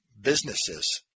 businesses